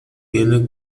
tiene